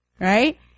right